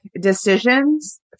decisions